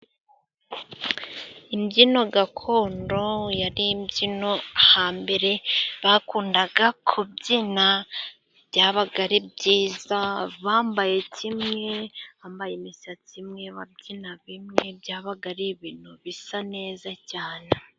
Imbyino gakondo yari imbyino hambere bakunda kubyina. Byabaga ari byiza bambaye kimwe, bambaye imisatsi imwe, babyina bimwe byabaga ari ibintu bisa neza cyane.